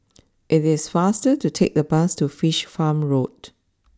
it is faster to take the bus to Fish Farm Road